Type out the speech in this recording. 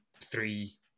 Three